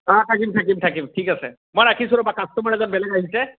অঁ থাকিম থাকিম থাকিম ঠিক আছে মই ৰাখিছোঁ ৰ'বা কাষ্টমাৰ এজন বেলেগ আহিছে